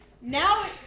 Now